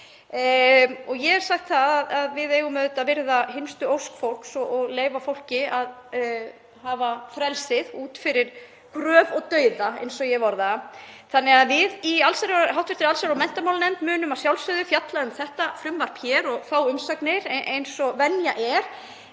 Ég hef sagt að við eigum auðvitað að virða hinstu ósk fólks og leyfa fólki að hafa frelsið út fyrir gröf og dauða, eins og ég hef orðað það. Þannig að við í hv. allsherjar- og menntamálanefnd munum að sjálfsögðu fjalla um þetta frumvarp hér og fá umsagnir eins og venja er.